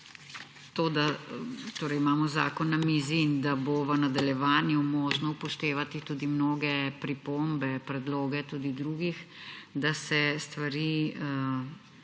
na mizi in jaz ocenjujem, da bo v nadaljevanju možno upoštevati tudi mnoge pripombe, predloge tudi drugih, da se stvari